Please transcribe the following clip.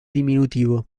diminutivo